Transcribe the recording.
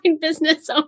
business